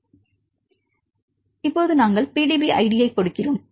எனவே இப்போது நாங்கள் PDB ஐடியைக் கொடுக்கிறோம்